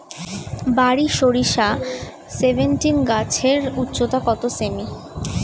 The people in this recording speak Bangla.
বারি সরিষা সেভেনটিন গাছের উচ্চতা কত সেমি?